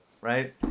right